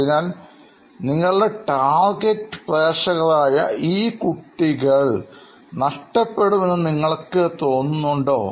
അതിനാൽ നിങ്ങളുടെ ടാർഗെറ്റ് പ്രേക്ഷകർ ആയ ഈ കുട്ടികൾ നഷ്ടപ്പെടും എന്ന് നിങ്ങള്ക്ക് തോന്നുന്നുണ്ടോ